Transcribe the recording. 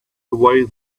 away